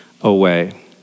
away